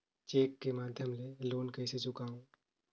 Cheque के माध्यम ले लोन कइसे चुकांव?